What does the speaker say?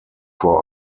vor